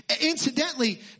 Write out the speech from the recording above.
Incidentally